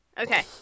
okay